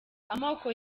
amoko